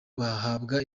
bahabwa